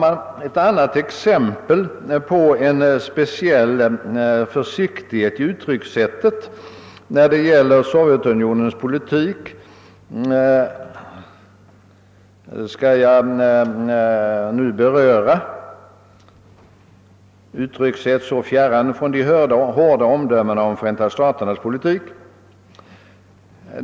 Jag skall nu ta upp ett annat exempel på en speciell »försiktighet» i uttryckssättet när det gäller Sovjetunionens politik, uttryckssätt så fjärran från de hårda omdömena om Förenta staternas politik.